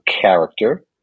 character